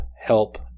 help